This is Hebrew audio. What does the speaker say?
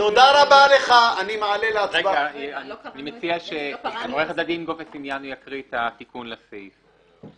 אני מציע שעו"ד קובסניאנו יקרא את התיקון לסעיף.